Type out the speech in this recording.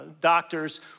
doctors